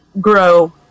grow